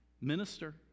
Minister